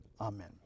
amen